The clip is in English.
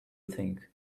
think